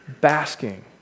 basking